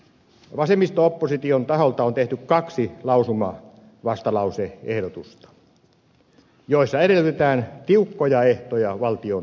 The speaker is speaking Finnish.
vasemmisto opposition taholta on tehty kaksi vastalausetta joissa edellytetään tiukkoja ehtoja valtiontakaukselle